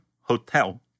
Hotel